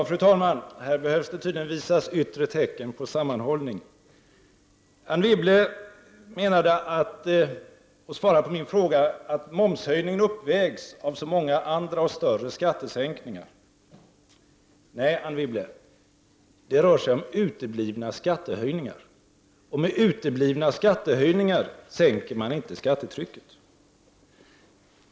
Fru talman! Här behöver det tydligen visas yttre tecken på sammanhållning. Anne Wibble svarade på min fråga med att säga att momshöjningen uppvägs av så många andra och större skattesänkningar. Nej, Anne Wibble, det rör sig om uteblivna skattehöjningar. Med uteblivna skattehöjningar sänker man inte skattetrycket.